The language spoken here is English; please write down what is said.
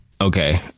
okay